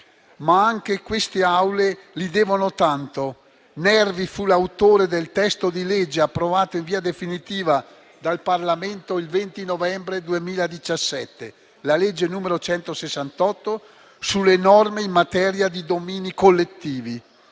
ma anche queste Aule gli devono tanto. Egli fu l'autore del testo di legge approvato in via definitiva dal Parlamento il 20 novembre 2017, la legge n. 168, sulle norme in materia di domini collettivi.